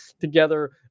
together